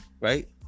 right